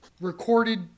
recorded